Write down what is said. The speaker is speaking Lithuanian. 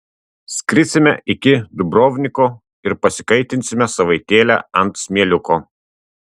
skrisime iki dubrovniko ir pasikaitinsime savaitėlę ant smėliuko